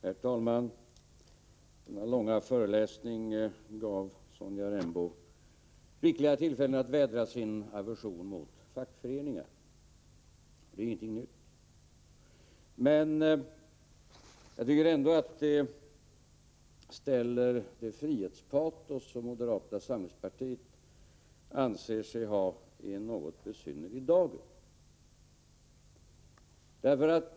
Herr talman! Denna långa föreläsning gav Sonja Rembo rikliga tillfällen att vädra sin aversion mot fackföreningar. I det avseendet var det ingenting nytt som sades. Men jag tycker ändå att det ställer det frihetspatos som moderata samlingspartiet anser sig ha i en något besynnerlig dager.